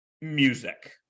music